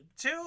Two